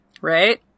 right